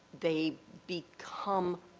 they become,